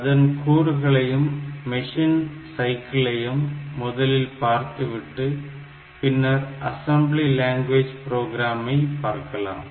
அதன் கூறுகளையும் மெஷின் சைக்கிளையும் முதலில் பார்த்துவிட்டு பின்னர் அசெம்பிளி லேங்குவேஜ் புரோகிராமை பார்க்கலாம்